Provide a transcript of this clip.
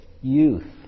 youth